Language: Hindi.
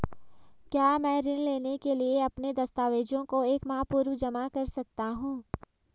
क्या मैं ऋण लेने के लिए अपने दस्तावेज़ों को एक माह पूर्व जमा कर सकता हूँ?